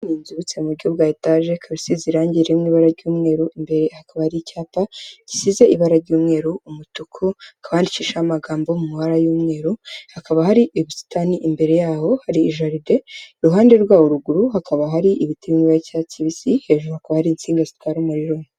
Inzu yubatse mu buryo bwa etaje ikaba isize irangi riri mu ibara ry'umweru , imbere akaba hari icyapa gisize ibara ry'umweru , umutuku hakaba handikishijeho amagambo yo mu mabara y'umweru hakaba hari ubusitani imbere yaho hari jaride iruhande rwawo ruguru hakaba hari ibiti by'icyatsi kibisi hejuru kuko hari insinga zitwara umuriro.